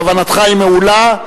כוונתך היא מעולה,